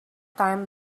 time